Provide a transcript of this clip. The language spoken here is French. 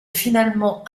finalement